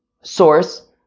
source